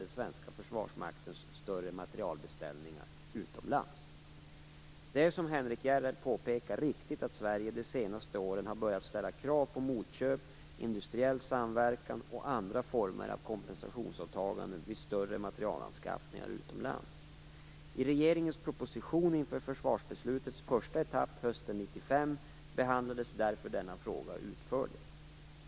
Det är som Henrik Järrel påpekar riktigt att Sverige de senaste åren har börjat ställa krav på motköp, industriell samverkan och andra former av kompensationsåtaganden vid större materielanskaffningar utomlands. I regeringens proposition inför försvarsbeslutets första etapp hösten 1995 behandlades därför denna fråga utförligt.